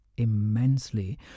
immensely